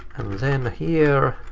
then here.